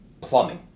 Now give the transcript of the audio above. plumbing